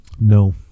no